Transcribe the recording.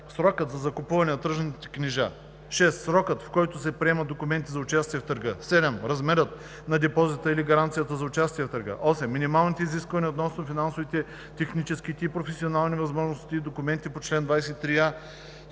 срокът за закупуване на тръжните книжа; 6. срокът, в който се приемат документите за участие в търга; 7. размерът на депозита или на гаранцията за участие в търга; 8. минималните изисквания относно финансовите, техническите и професионалните възможности и документите по чл. 23а, с